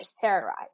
terrorized